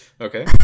Okay